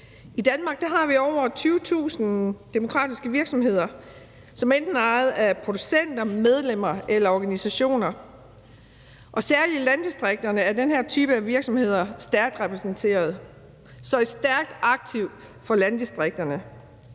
I Danmark har vi over 20.000 demokratiske virksomheder, som er ejet af enten producenter, medlemmer eller organisationer. Særlig i landdistrikterne er den her type af virksomheder stærkt repræsenteret, så det er et stærkt aktiv for landdistrikterne.